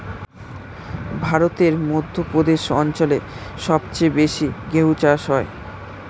ভারতের মধ্য প্রদেশ অঞ্চল সবচেয়ে বেশি গেহু চাষ হয়